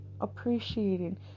appreciating